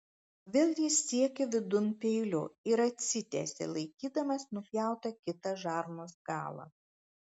vėl jis siekė vidun peiliu ir atsitiesė laikydamas nupjautą kitą žarnos galą